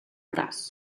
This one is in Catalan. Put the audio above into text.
braç